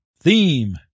theme